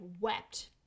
wept